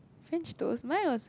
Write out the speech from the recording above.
French toast mine was